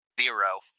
Zero